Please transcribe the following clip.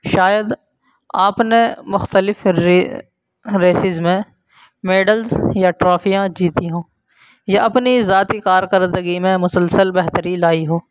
شاید آپ نے مختلف ریسز میں میڈلس یا ٹرافیاں جیتی ہوں یا اپنی ذاتی کارکردگی میں مسلسل بہتری لائی ہو